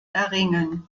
erringen